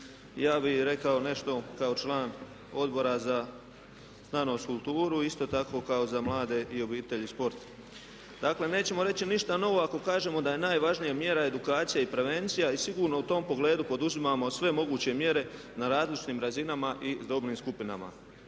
Ja bih rekao nešto kao član Odbora za znanost i kulturu, isto tako i za mlade i obitelj i sport. Dakle, nećemo reći ništa novo ako kažemo da je najvažnija mjera edukacija i prevencija i sigurno u tom pogledu poduzimamo sve moguće mjere na različitim razinama i dobnim skupinama.